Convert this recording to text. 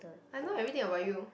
I know everything about you